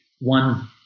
one